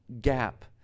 gap